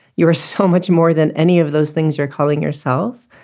you are so much more than any of those things you're calling yourself.